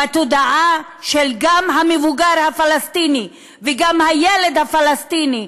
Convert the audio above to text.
גם בתודעה של המבוגר הפלסטיני וגם של הילד הפלסטיני,